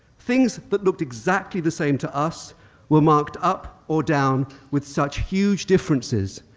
things that looked exactly the same to us were marked up or down with such huge differences,